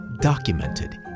documented